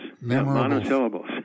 Monosyllables